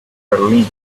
berlin